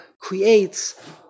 creates